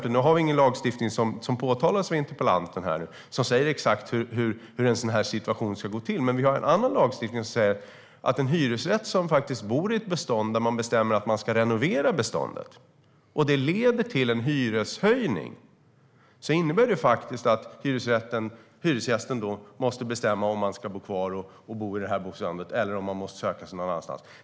Nu har vi ingen lagstiftning, vilket påtalades av interpellanten, som säger exakt hur det ska gå till i en sådan här situation, men vi har en annan lagstiftning som säger att en hyresgäst som bor i ett bestånd som ska renoveras och därmed får en högre hyra måste bestämma om man ska bo kvar eller söka sig någon annanstans.